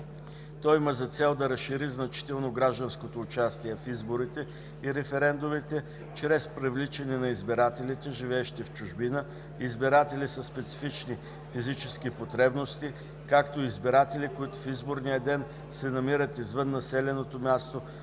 То има за цел да разшири значително гражданското участие в изборите и референдумите чрез привличане на избирателите, живеещи в чужбина, избиратели със специфични физически потребности, както и избиратели, които в изборния ден се намират извън населеното място